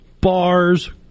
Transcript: bars